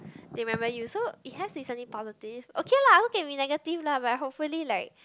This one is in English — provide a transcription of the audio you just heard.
remember you so it has its only positive okay lah also can be negative lah but hopefully like